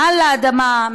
מעל האדמה,